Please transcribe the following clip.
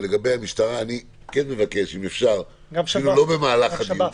וגם את שב"ס.